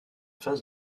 phase